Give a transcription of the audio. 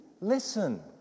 listen